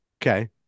Okay